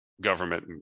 government